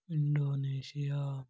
Indonesia